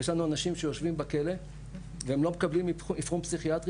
יש לנו אנשים שיושבים בכלא והם לא מקבלים אבחון פסיכיאטרי